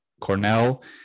Cornell